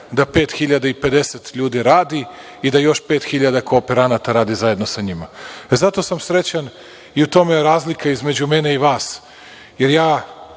da 5.050 ljudi radi i da još 5.000 kooperanata radi zajedno sa njima. Zato sam srećan i u tome je razlika između mene i vas. Ja